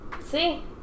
See